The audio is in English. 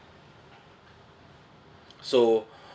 so